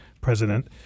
president